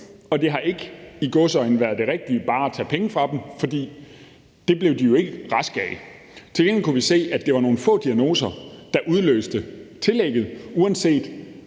og det har ikke været i gåseøjne det rigtige bare at tage penge fra dem, for det blev de jo ikke raske af. Til gengæld kunne vi se, at det var nogle få diagnoser, der udløste tillægget, uanset